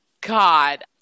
God